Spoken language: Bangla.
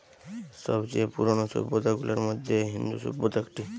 সব চেয়ে পুরানো সভ্যতা গুলার মধ্যে ইন্দু সভ্যতা একটি